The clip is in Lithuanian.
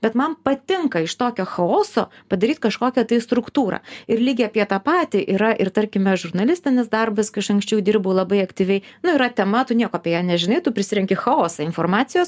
bet man patinka iš tokio chaoso padaryt kažkokią tai struktūrą ir lygiai apie tą patį yra ir tarkime žurnalistinis darbas anksčiau dirbau labai aktyviai nu yra tema tu nieko apie ją nežinai tu prisirenki chaosą informacijos